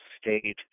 State